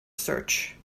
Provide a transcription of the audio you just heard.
search